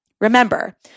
remember